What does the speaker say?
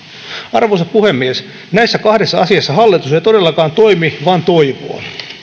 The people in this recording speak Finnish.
arvoisa puhemies näissä kahdessa asiassa hallitus ei todellakaan toimi vaan toivoo